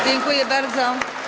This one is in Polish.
Dziękuję bardzo.